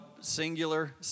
singular